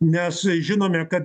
nes žinome kad